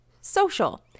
social